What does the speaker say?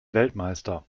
weltmeister